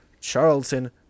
Charlton